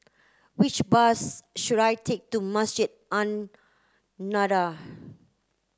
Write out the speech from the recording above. which bus should I take to Masjid An Nahdhah